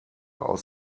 aus